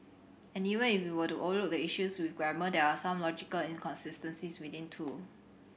and even if we were to overlook the issues with grammar there are some logical inconsistencies within too